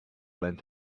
length